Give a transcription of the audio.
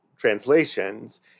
translations